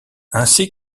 ainsi